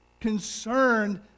concerned